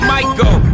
Michael